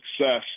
success